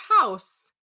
house